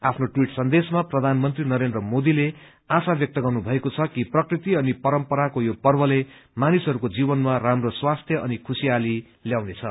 आफ्नो ट्वीन संदेशमा प्रधानमन्त्री नरेन्द्र मोदीले आशा ब्यक्त गर्नुभएको छ कि प्रकृति अनि परम्पराको यो पर्वले मानिसहरूको जीवनमा राम्रो स्वास्थ्य अनि खुशीयाली ल्याउनेछ